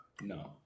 no